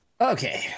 Okay